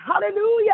hallelujah